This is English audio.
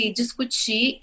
discutir